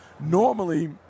normally